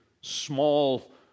small